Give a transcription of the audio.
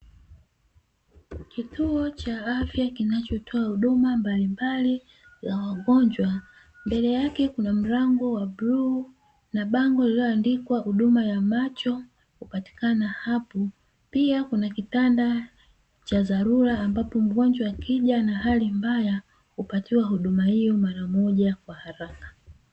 Kituo cha afya kinachotoa huduma mbalimbali za wagonjwa, mbele yake kuna mlango wa bluu na bango lililoandikwa huduma ya macho hupatikana hapo, pia kuna kitanda cha dharura ambapo mgonjwa akija na hali mbaya hupatiwa huduma hiyo mara moja kwa haraka.